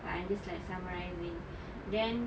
but I'm just like summarizing then